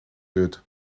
wird